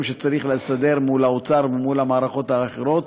שצריך לסדר מול האוצר ומול המערכות האחרות,